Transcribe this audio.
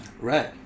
Right